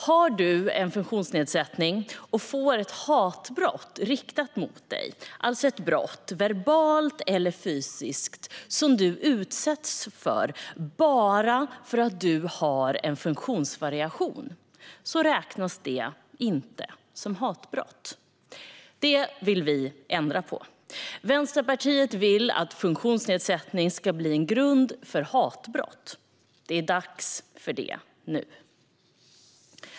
Har du en funktionsnedsättning och får ett hatbrott riktat mot dig - alltså ett brott, verbalt eller fysiskt, som du utsätts för bara för att du har en funktionsvariation - räknas det inte som hatbrott. Det vill vi ändra på. Vänsterpartiet vill att funktionsnedsättning ska bli en grund för hatbrott. Det är dags för det nu.